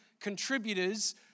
contributors